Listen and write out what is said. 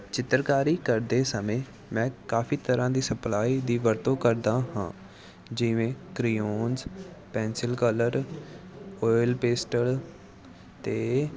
ਚਿੱਤਰਕਾਰੀ ਕਰਦੇ ਸਮੇਂ ਮੈਂ ਕਾਫੀ ਤਰ੍ਹਾਂ ਦੀ ਸਪਲਾਈ ਦੀ ਵਰਤੋਂ ਕਰਦਾ ਹਾਂ ਜਿਵੇਂ crayons pencil colour oil pastel ਅਤੇ